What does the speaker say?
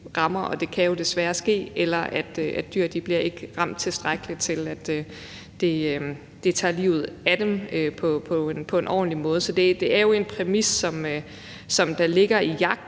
rammer, og at det desværre kan ske, at dyr ikke bliver ramt tilstrækkeligt til, at det tager livet af dem på en ordentlig måde. Så det er jo en præmis, som ligger i jagten,